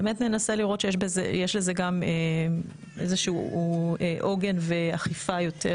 באמת ננסה לראות שיש לזה גם איזשהו עוגן ואכיפה יותר